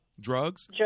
Drugs